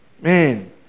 Man